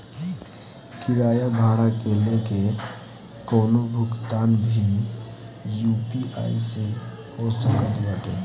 किराया भाड़ा से लेके कवनो भुगतान भी यू.पी.आई से हो सकत बाटे